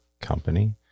company